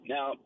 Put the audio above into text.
Now